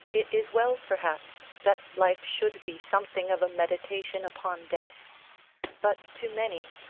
it is well, perhaps, that life should be something of a meditation upon death but to many,